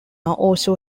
also